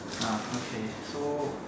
uh okay so